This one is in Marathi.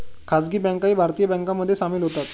खासगी बँकाही भारतीय बँकांमध्ये सामील होतात